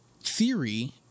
theory